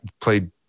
played